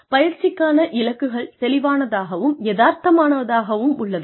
பயிற்சிக்கான இலக்குகள் தெளிவானதாகவும் யதார்த்தமானதாகவும் உள்ளதா